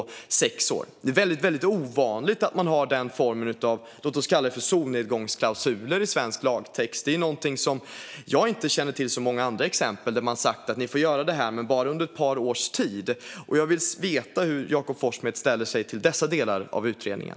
Det är väldigt ovanligt att man har denna form av solnedgångsklausuler, som vi kan kalla det, i svensk lagtext. Jag känner inte till så många andra exempel där man har sagt att detta får göras men bara under ett par års tid. Jag vill veta hur Jakob Forssmed ställer sig till dessa delar av utredningen.